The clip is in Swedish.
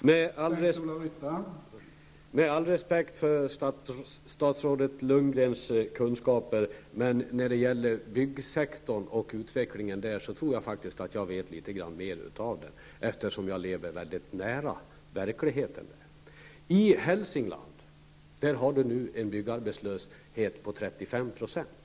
Herr talman! Med all respekt för statsrådet Bo Lundgrens kunskaper om byggsektorn och utvecklingen inom denna tror jag faktiskt att jag vet litet mer om det, eftersom jag lever mycket nära verkligheten. I Hälsingland finns nu en byggarbetslöshet på 35 %.